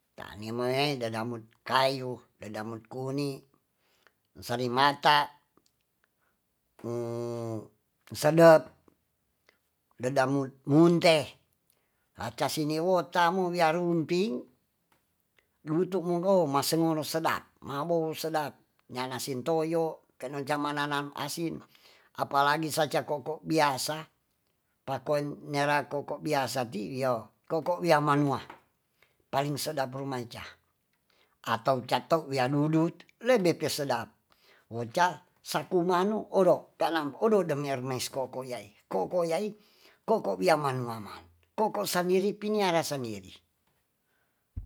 Ta' nimae dadamut kayu, dadamut kuni, dadamut salimata', sedep, dadamu munte, acasimiwu tamu wiaru umping lutu mekow mangengoro sedap mabow sedap nyana sin toyo kancu manananu asin apalagi saca ko'ko' biasa pakuan nera ko'ko' biasa ti wio ko'ko' wiamanua paling sedap rumanca atou catu wiadudu lebe pe sedap woca' sakumanu odoh kanam odo damia rumaisko'ko' yayi koko yayi ko'ko wiamanua man ko'ko sandiri piniara saniri.